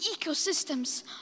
ecosystems